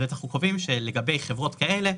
אנחנו קובעים שלגבי חברות כאלה,